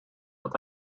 dat